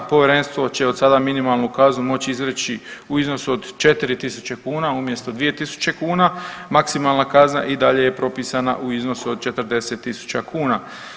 Povjerenstvo će od sada minimalnu kaznu moći izreći u iznosu od 4.000 kuna umjesto 2.000 kuna, maksimalna kazna i dalje je propisana u iznosu od 40.000 kuna.